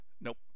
Nope